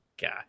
God